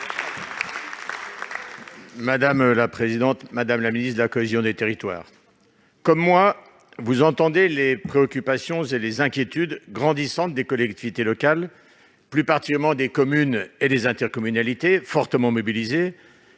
Les Républicains. Madame la ministre de la cohésion des territoires, comme moi, vous entendez les préoccupations et les inquiétudes grandissantes des collectivités locales, plus particulièrement des communes et des intercommunalités, qui sont fortement mobilisées,